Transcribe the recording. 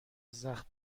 زخم